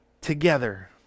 together